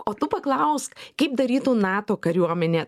o tu paklausk kaip darytų nato kariuomenė